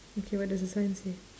okay what does the sign say